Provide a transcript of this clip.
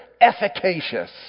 efficacious